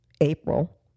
April